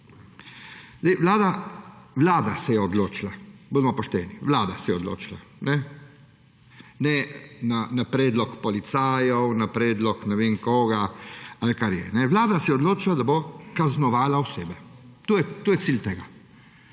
Vlada se je odločila, bodimo pošteni, Vlada se je odločila; ne na predlog policajev, na predlog ne vem koga ali kar je. Vlada se je odločila, da bo kaznovala osebe. To je cilj tega.